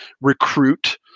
recruit